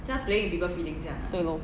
对 lor